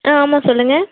ஆ ஆமாம் சொல்லுங்க